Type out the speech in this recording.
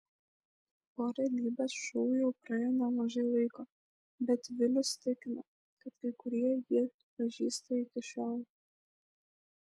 po realybės šou jau praėjo nemažai laiko bet vilius tikina kad kai kurie jį atpažįsta iki šiol